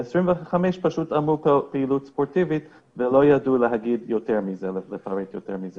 ו-25 פשוט אמרו פעילות ספורטיבית ולא ידעו לפרט יותר מזה.